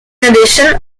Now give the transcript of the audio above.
addition